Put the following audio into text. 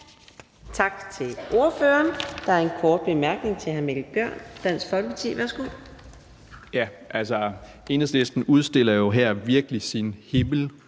Tak til ordføreren. Der er en kort bemærkning til hr. Mikkel Bjørn, Dansk Folkeparti. Værsgo. Kl. 14:56 Mikkel Bjørn (DF): Enhedslisten udstiller jo her virkelig sin